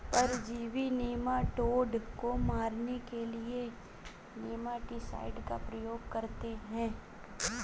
परजीवी नेमाटोड को मारने के लिए नेमाटीसाइड का प्रयोग करते हैं